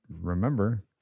remember